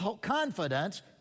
confidence